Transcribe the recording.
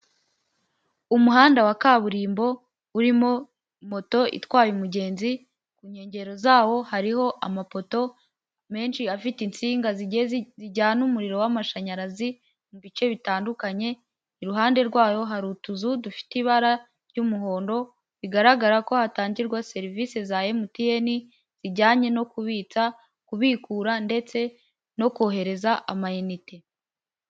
Umuhanda wa kaburimbo urimo moto itwaye umugenzi, ku nkengero zawo hariho amapoto menshi afite insinga zijyana umuriro w'amashanyarazi mu bice bitandukanye. Iruhande rwayo hari utuzu dufite ibara ry'umuhondo, bigaragara ko hatangirwa serivise za MTN zijyanye no kubitsa, kubikura ndetse no kohereza ama inite.